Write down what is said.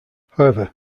however